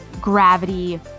Gravity